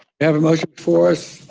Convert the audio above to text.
we have a motion before us.